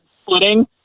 splitting